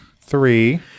Three